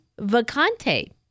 Vacante